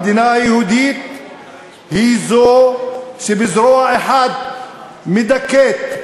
המדינה היהודית היא זו שבזרוע אחת מדכאת,